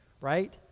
right